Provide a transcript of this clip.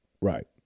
Right